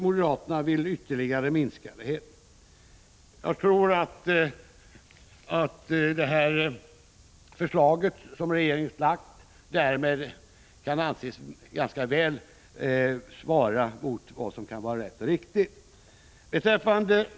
Moderaterna vill ytterligare minska anslaget. Jag tror att det förslag som regeringen framlagt därmed kan anses ganska väl svara mot vad som är rätt och riktigt.